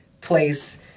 place